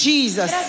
Jesus